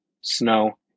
snow